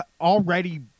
already